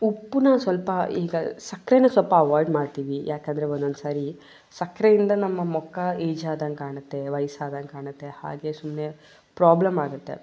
ಉಪ್ಪನ್ನ ಸ್ವಲ್ಪ ಈಗ ಸಕ್ಕರೆಯೂ ಸ್ವಲ್ಪ ಅವಾಯ್ಡ್ ಮಾಡ್ತೀವಿ ಯಾಕಂದರೆ ಒನ್ನೊಂದ್ಸಾರಿ ಸಕ್ಕರೆಯಿಂದ ನಮ್ಮ ಮುಖ ಏಜ್ ಆದಂಗೆ ಕಾಣುತ್ತೆ ವಯಸ್ಸಾದಂಗೆ ಕಾಣುತ್ತೆ ಹಾಗೇ ಸುಮ್ಮನೆ ಪ್ರಾಬ್ಲಮ್ ಆಗುತ್ತೆ